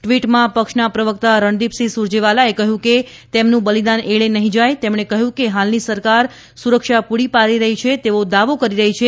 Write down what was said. ટ્વીટમાં પક્ષના પ્રવક્તા રણદીપસિંહ સુરજેવાલાએ કહ્યું કે તેમનું બલિદાન એળે નહીં જાય તેમણે કહ્યું કે હાલની સરકાર સુરક્ષા પુરી પાડી રહી છે તેવો દાવો કરી રહી છે